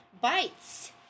bites